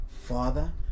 Father